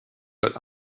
but